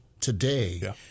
today